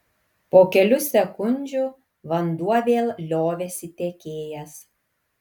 po kelių sekundžių vanduo vėl liovėsi tekėjęs